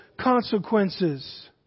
consequences